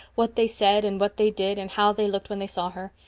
what they said and what they did, and how they looked when they saw her.